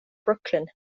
brooklyn